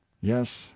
yes